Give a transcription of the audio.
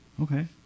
okay